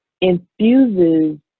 infuses